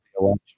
election